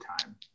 Time